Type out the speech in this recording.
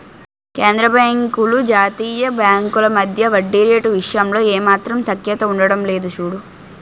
కేంద్రబాంకులు జాతీయ బాంకుల మధ్య వడ్డీ రేటు విషయంలో ఏమాత్రం సఖ్యత ఉండడం లేదు చూడు